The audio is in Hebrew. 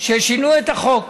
שינו את החוק.